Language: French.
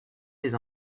des